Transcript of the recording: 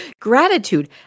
gratitude